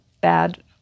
bad